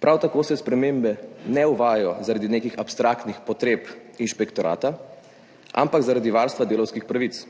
Prav tako se spremembe ne uvajajo zaradi nekih abstraktnih potreb inšpektorata, ampak zaradi varstva delavskih pravic.